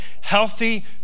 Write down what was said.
Healthy